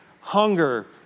hunger